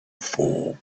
four